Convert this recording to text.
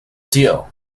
deal